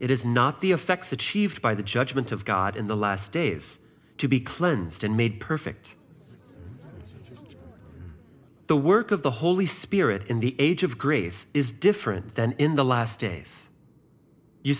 it is not the effects achieved by the judgment of god in the last days to be cleansed and made perfect the work of the holy spirit in the age of grace is different than in the last days you